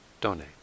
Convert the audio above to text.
donate